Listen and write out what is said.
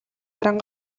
яаран